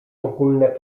ogólne